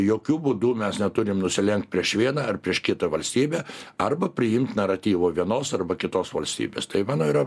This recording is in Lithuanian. jokiu būdu mes neturim nusilenkt prieš vieną ar prieš kitą valstybę arba priimt naratyvo vienos arba kitos valstybės tai mano yra